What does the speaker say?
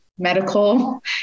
medical